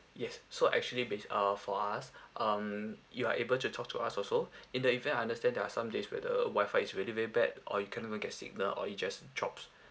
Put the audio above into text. yes so actually based uh for us um you are able to talk to us also in the event I understand there are some days where the WI-FI is really very bad or you can't even get signal or it just drops